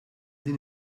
din